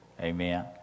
Amen